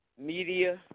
Media